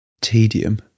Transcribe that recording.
tedium